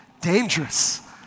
Dangerous